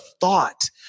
thought